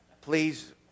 please